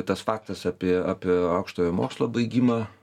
tas faktas apie apie aukštojo mokslo baigimą